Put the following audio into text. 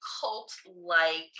cult-like